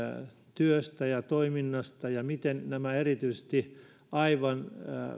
työstä ja toiminnasta ja siitä miten erityisesti nämä aivan